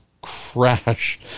crash